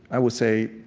i would say,